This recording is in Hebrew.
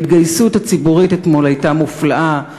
וההתגייסות הציבורית אתמול הייתה מופלאה.